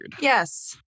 Yes